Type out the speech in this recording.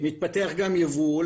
מתפתח גם ייבוא.